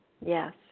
Yes